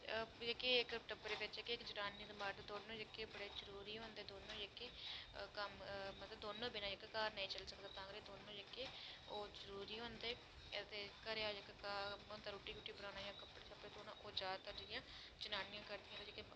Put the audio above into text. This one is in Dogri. जेह्के इक टब्बरै बिच इक मर्द ते इक जनानी जेह्ड़ी कम्म दोनें बिना जेह्का घर नेईं चलदा तां करियै ओह दोनों जेह्के ओह् जरूरी होंदे जेह्के अदे घरे आह्ले ओह् ते रुट्टी शुट्टी बनाने जां कपड़े शपड़े धोने ई ओह् जादातर जेह्ड़ा जनानियां करदियां